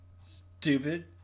Stupid